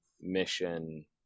mission